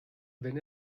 wenn